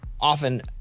often